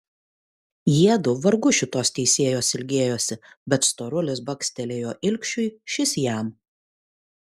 jiedu vargu šitos teisėjos ilgėjosi bet storulis bakstelėjo ilgšiui šis jam